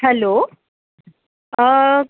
hello